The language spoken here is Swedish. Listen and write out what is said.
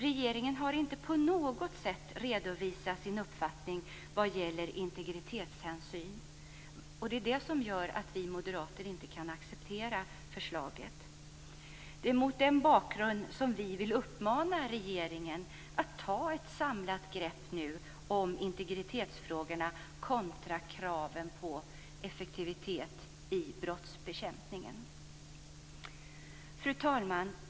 Regeringen har inte på något sätt redovisat sin uppfattning vad gäller integritetshänsyn. Därför kan vi moderater inte acceptera förslaget. Det är mot den bakgrunden som vi vill uppmana regeringen att nu ta ett samlat grepp om integritetsfrågorna kontra kraven på effektivitet i brottsbekämpningen. Fru talman!